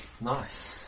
Nice